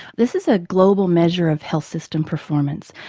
this is a global measure of health system performance.